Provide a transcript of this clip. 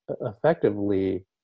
effectively